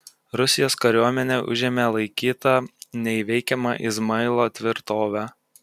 rusijos kariuomenė užėmė laikytą neįveikiama izmailo tvirtovę